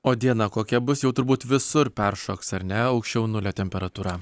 o diena kokia bus jau turbūt visur peršoks ar ne aukščiau nulio temperatūra